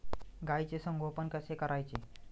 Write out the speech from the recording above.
गाईचे संगोपन कसे करायचे?